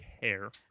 care